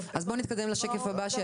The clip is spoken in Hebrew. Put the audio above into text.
בבקשה, בואו נתקדם לשקף הבא.